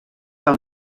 pel